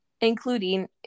including